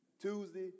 Tuesday